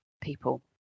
people